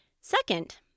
Second